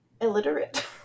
illiterate